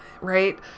right